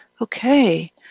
okay